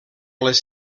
les